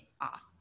off